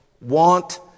want